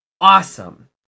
awesome